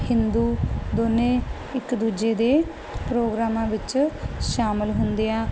ਹਿੰਦੂ ਦੋਨੇ ਇੱਕ ਦੂਜੇ ਦੇ ਪ੍ਰੋਗਰਾਮਾਂ ਵਿੱਚ ਸ਼ਾਮਿਲ ਹੁੰਦੇ ਆ